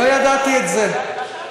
לא ידעתי את זה.